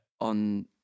on